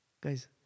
Guys